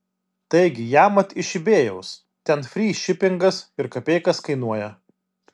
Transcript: taigi jamat iš ibėjaus ten fry šipingas ir kapeikas kainuoja